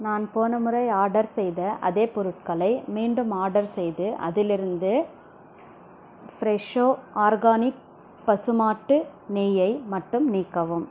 நான் போன முறை ஆர்டர் செய்த அதே பொருட்களை மீண்டும் ஆர்டர் செய்து அதிலிருந்த ஃப்ரெஷோ ஆர்கானிக் பசு மாட்டு நெய்யை மட்டும் நீக்கவும்